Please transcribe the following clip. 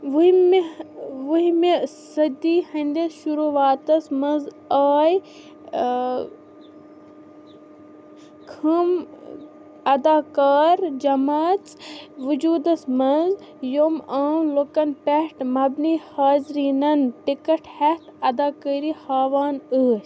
وُہمہِ وُہمہِ صٔدی ہِنٛدِس شُروٗعاتس منٛز آے ٲں خٕم اَداکار جمٲژ وجوٗدس منٛز یِوٚم عام لوٗکن پٮ۪ٹھ مبنی حاضِریٖنَن ٹِکٹ ہیٚتھ اداكٲری ہاوان ٲسۍ